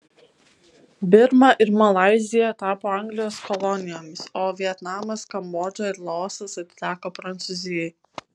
birma ir malaizija tapo anglijos kolonijomis o vietnamas kambodža ir laosas atiteko prancūzijai